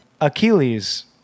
Achilles